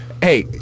Hey